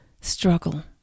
struggle